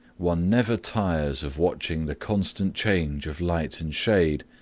one never tires of watching the constant change of light and shade,